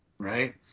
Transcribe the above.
right